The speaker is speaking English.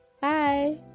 Bye